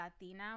Latina